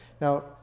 Now